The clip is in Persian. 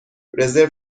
رزرو